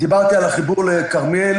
דיברתי על החיבור לכרמיאל